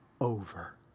over